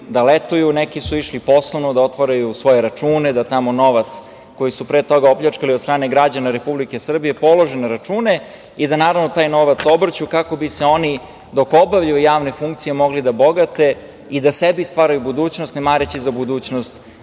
da letuju, neki su ušli poslovno da otvaraju svoje račune, da tamo novac koji su pre toga opljačkali od strane građana Republike Srbije polože na račune i da naravno taj novac obrću kako bi se oni dok obavljaju javne funkcije mogli da bogate i da sebi stvaraju budućnost ne mareći za budućnost